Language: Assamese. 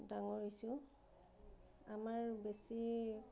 ডাঙৰ হৈছোঁ আমাৰ বেছি